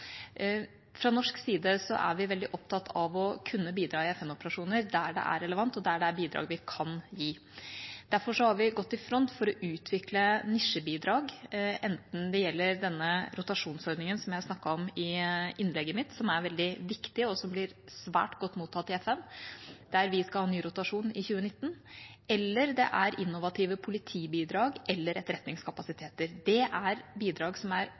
Fra norsk side er vi veldig opptatt av å kunne bidra i FN-operasjoner der det er relevant, og der det er bidrag vi kan gi. Derfor har vi gått i front for å utvikle nisjebidrag, enten det gjelder denne rotasjonsordningen, som jeg snakket om i innlegget mitt, som er veldig viktig, og som blir svært godt mottatt i FN, der vi skal ha ny rotasjon i 2019, eller det gjelder innovative politibidrag eller etterretningskapasiteter. Det er bidrag som er